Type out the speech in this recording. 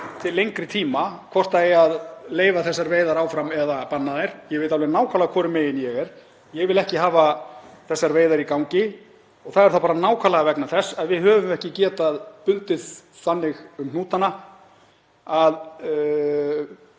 til lengri tíma hvort það eigi að leyfa þessar veiðar áfram eða banna þær. Ég veit alveg nákvæmlega hvorum megin ég er. Ég vil ekki hafa þessar veiðar í gangi og það er bara nákvæmlega vegna þess að við höfum við ekki getað bundið þannig um hnútana að